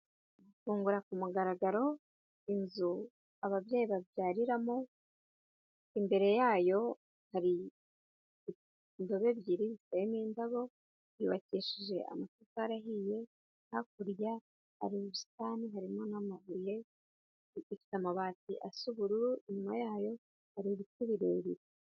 Gungura ku mugaragaro inzu ababyeyi babyariramo, imbere yayo hari indobo ebyiri ziteyemo indabo, yubakishije amatafari ahiye hakurya hari ubusitani, harimo n'amabuye ifite amabati asa ubururu inyuma yayo hari ibitu birebire.